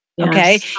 Okay